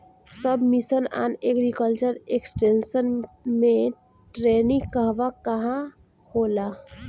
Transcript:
सब mission on agriculture extension मै training कहवा कहा होला?